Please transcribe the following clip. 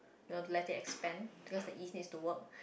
no let it expand because the yeast need to work